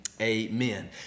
amen